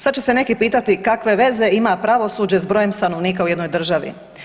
Sad će se neki pitati kakve veze ima pravosuđe s brojem stanovnika u jednoj državi.